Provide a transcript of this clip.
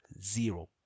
Zero